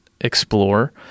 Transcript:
explore